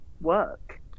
work